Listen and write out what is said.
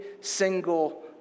single